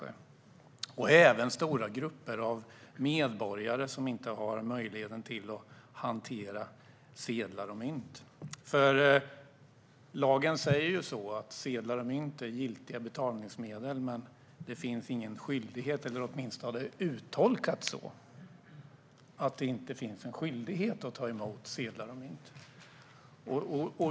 Det är även stora grupper av medborgare som inte har möjlighet att hantera sedlar och mynt. Lagen säger att sedlar och mynt är giltiga betalningsmedel. Men det finns ingen skyldighet - eller åtminstone har lagen uttolkats som att det inte finns någon skyldighet - att ta emot sedlar och mynt.